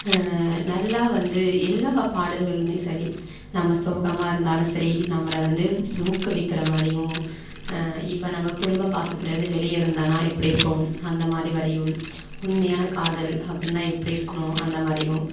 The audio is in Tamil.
நல்லா வந்து எல்லா பாடல்களுமே சரி நம்ம சோகமாக இருந்தாலும் சரி நம்மளை வந்து ஊக்குவிற்கிற மாதிரியும் இப்போ நம்ம குடும்ப பாசத்துலேந்து வெளியே இருந்தேன்னா எப்படி இருப்போம் அந்தமாதிரி வரையும் உண்மையான காதல் அப்படினா எப்படி இருக்கணும் அந்தமாதிரியும்